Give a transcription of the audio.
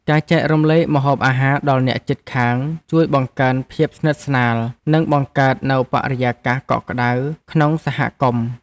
ការចែករំលែកម្ហូបអាហារដល់អ្នកជិតខាងជួយបង្កើនភាពស្និទ្ធស្នាល និងបង្កើតនូវបរិយាកាសកក់ក្តៅក្នុងសហគមន៍។